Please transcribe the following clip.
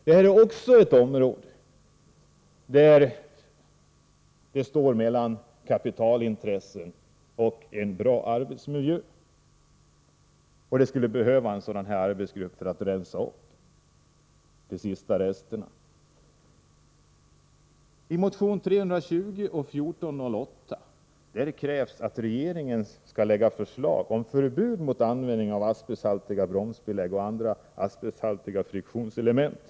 Detta är också ett område där frågan gäller en avvägning mellan kapitalintressen och en bra arbetsmiljö. Det skulle behövas en sådan här arbetsgrupp för att rensa upp de sista resterna. I motionerna 320 och 1208 krävs att regeringen skall lägga förslag om förbud mot användningen av asbesthaltiga bromsbelägg och andra asbesthaltiga friktionselement.